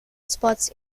spots